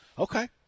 Okay